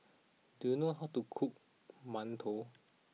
do you know how to cook Mantou